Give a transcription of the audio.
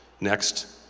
Next